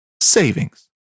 savings